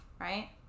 right